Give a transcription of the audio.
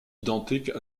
identiques